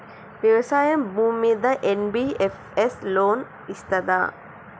వ్యవసాయం భూమ్మీద NBFS loan ఇస్తదా?